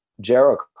Jericho